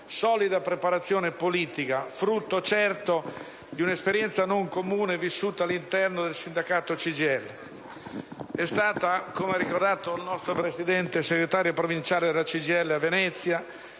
solida preparazione politica, frutto certo di un'esperienza non comune vissuta all'interno del sindacato CGIL. È stata, come ha ricordato il nostro Presidente, segretaria provinciale della CGIL a Venezia